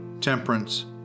temperance